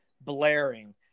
blaring